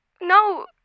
No